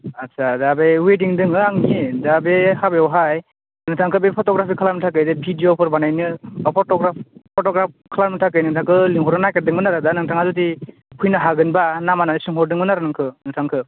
आच्चा दा बै वेडिं दङ आंनि दा बे हाबायावहाय नोंथांखौ बे फट'ग्राफि खालामनो थाखाय भिडिय'फोर बानायनो बा फट'ग्राफ खालामनो थाखाय नोंथांखो लिंहरनो नागिरदोंमोन आरो दा नोंथाङा जुदि फैनो हागोन बा नामा होनना सोंहरदोंमोन आरो नोंखौ नोंथांखौ